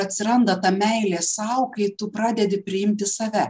atsiranda ta meilė sau kai tu pradedi priimti save